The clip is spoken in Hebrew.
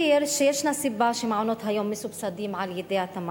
להזכיר כאן שישנה סיבה לכך שמעונות-היום מסובסדים על-ידי התמ"ת,